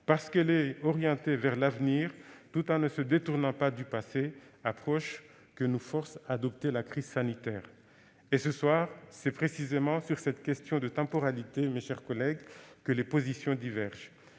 parce qu'elle est orientée vers l'avenir tout en ne se détournant pas du passé, une approche que nous force à adopter la crise sanitaire. Ce soir, c'est précisément sur cette question de temporalité, mes chers collègues, que les positions divergent.